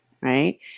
right